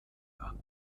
beamten